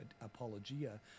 apologia